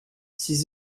ces